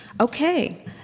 okay